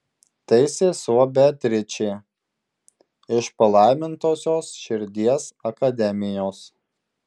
tai sesuo beatričė iš palaimintosios širdies akademijos